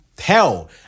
Hell